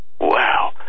Wow